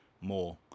more